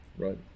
right